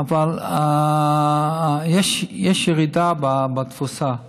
אבל יש ירידה בתפוסה.